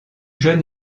jeune